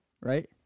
right